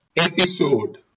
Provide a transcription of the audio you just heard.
episode